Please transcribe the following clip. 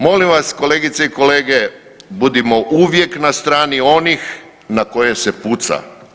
Molim vas, kolegice i kolege, budimo uvijek na strani onih na koje se puca.